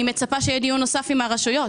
אני מצפה שיהיה דיון נוסף עם הרשויות.